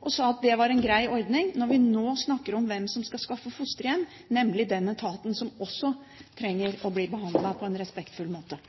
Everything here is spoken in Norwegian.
og sa at det var en grei ordning – når vi nå snakker om hvem som skal skaffe fosterhjem, nemlig den etaten som også trenger å bli behandlet på en respektfull måte.